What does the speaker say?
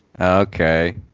okay